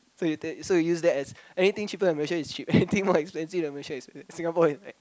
so you take so you use that as anything cheaper than Malaysia is cheap anything more expensive than Malaysia is Singapore ex